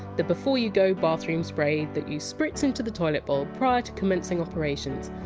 the before-you-go bathroom spray that you spritz into the toilet bowl prior to commencing operations,